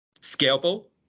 scalable